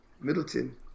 Middleton